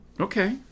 Okay